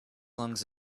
lungs